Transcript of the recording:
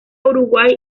uruguay